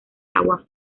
agua